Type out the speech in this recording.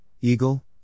eagle